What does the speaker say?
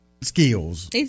skills